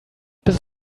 bis